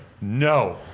no